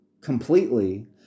completely